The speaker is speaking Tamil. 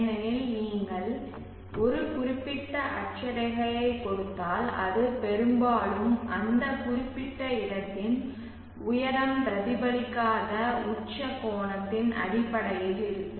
ஏனெனில் நீங்கள் ஒரு குறிப்பிட்ட அட்சரேகையை கொடுத்தால் அது பெரும்பாலும் அந்த குறிப்பிட்ட இடத்தின் உயரம் பிரதிபலிக்காத உச்ச கோணத்தின் அடிப்படையில் இருக்கும்